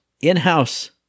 in-house